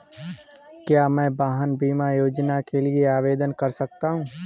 क्या मैं वाहन बीमा योजना के लिए आवेदन कर सकता हूँ?